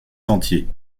sentiers